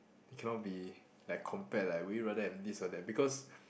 cannot be like compared like would you rather have this or that because